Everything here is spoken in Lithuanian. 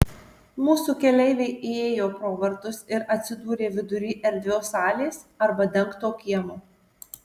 mūsų keleiviai įėjo pro vartus ir atsidūrė vidury erdvios salės arba dengto kiemo